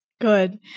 Good